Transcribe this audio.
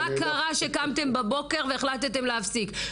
מה קרה שקמתם בבוקר והחלטתם להפסיק?